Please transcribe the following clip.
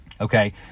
okay